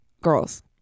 girls